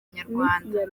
inyarwanda